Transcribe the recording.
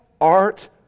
art